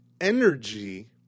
energy –